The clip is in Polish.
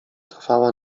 trwała